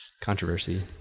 Controversy